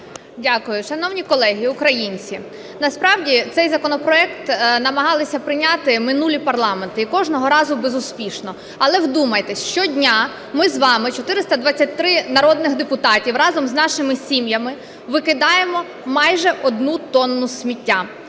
Дякую. Шановні колеги і українці, насправді цей законопроект намагалися прийняти минулі парламенти і кожного разу безуспішно. Але, вдумайтесь, щодня ми з вами, 423 народних депутатів, разом з нашими сім'ями викидаємо майже 1 тонну сміття.